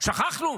שכחנו?